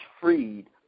freed